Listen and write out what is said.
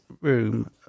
room